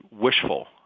wishful